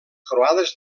croades